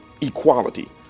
equality